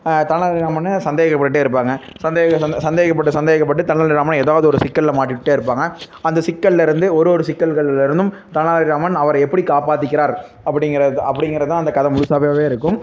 தெனாலிராமனை சந்தேகப்பட்டுகிட்டே இருப்பாங்கள் சந்தேக சந்தேகப்பட்டு சந்தேகப்பட்டு தெனாலிராமனை எதாவது ஒரு சிக்கல்ல மாட்டி விட்டுகிட்டே இருப்பாங்கள் அந்த சிக்கல்லயிருந்து ஒரு ஒரு சிக்கல்கள்லயிருந்தும் தெனாலிராமன் அவரை எப்படி காப்பாத்திக்கிறார் அப்படிங்கிறது அப்படிங்கிறதுதான் அந்த கதை முழுசாவாவே இருக்கும்